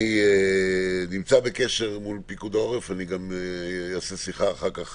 אני נמצא בקשר עם פיקוד העורף ואני גם אעשה אחר כך